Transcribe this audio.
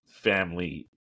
family